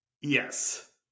Yes